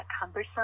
cumbersome